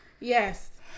Yes